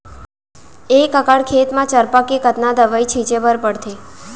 एक एकड़ खेत म चरपा के कतना दवई छिंचे बर पड़थे?